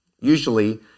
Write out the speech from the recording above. usually